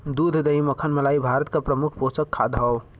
दूध दही मक्खन मलाई भारत क प्रमुख पोषक खाद्य हौ